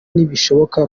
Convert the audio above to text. ntibishoboka